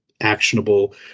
actionable